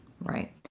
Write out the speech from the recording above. Right